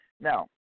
Now